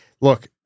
Look